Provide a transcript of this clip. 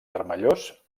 vermellós